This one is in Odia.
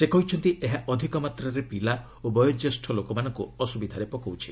ସେ କହିଛନ୍ତି ଏହା ଅଧିକ ମାତ୍ରାରେ ପିଲା ଓ ବୟୋଜ୍ୟେଷ୍ଠ ଲୋକମାନଙ୍କୁ ଅସୁବିଧାରେ ପକାଉଛି